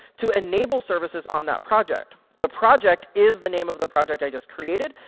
to enable services on that project. the project is the name of the project i just created,